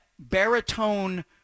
Baritone